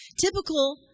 Typical